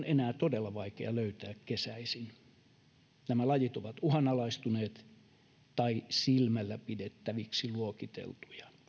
enää todella vaikea löytää kesäisin nämä lajit ovat uhanalaistuneet tai silmällä pidettäviksi luokiteltuja